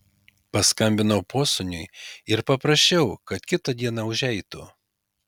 paskambinau posūniui ir paprašiau kad kitą dieną užeitų